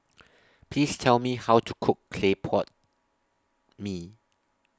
Please Tell Me How to Cook Clay Pot Mee